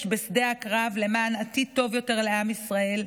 בשדה הקרב למען עתיד טוב יותר לעם ישראל,